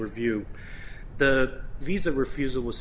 review the visa refusal was